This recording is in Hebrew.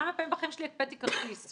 כמה פעמים בחיים שלי הקפאתי כרטיס.